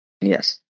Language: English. yes